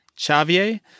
Xavier